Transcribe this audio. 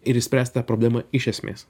ir išspręst tą problemą iš esmės